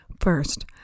First